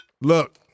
Look